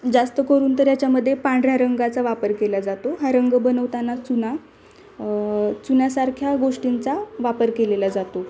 जास्त करून तर याच्यामध्ये पांढऱ्या रंगाचा वापर केला जातो हा रंग बनवताना चुना चुन्यासारख्या गोष्टींचा वापर केलेला जातो